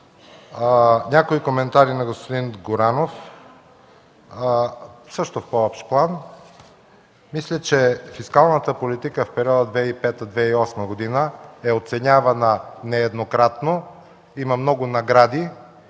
някои коментари на господин Горанов – също в по-общ план. Мисля, че фискалната политика в периода 2005 2008 г. е оценявана нееднократно, има много награди